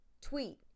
tweet